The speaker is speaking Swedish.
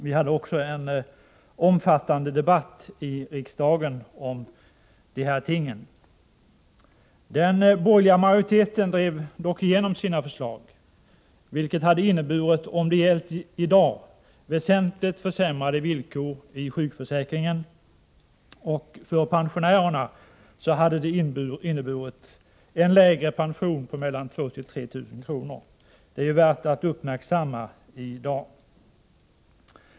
Vi hade också en omfattande debatt i riksdagen om de här tingen. Den borgerliga majoriteten drev dock igenom sina förslag, vilka hade inneburit, om de gällt i dag, väsentligt försämrade villkor i sjukförsäkringen. För pensionärerna hade de inneburit lägre pensioner — mellan 2 000 och 3 000 kr. lägre. Det är värt att uppmärksamma i dag.